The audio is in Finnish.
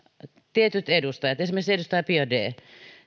tietyt edustajat esimerkiksi edustaja biaudet